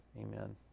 amen